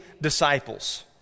disciples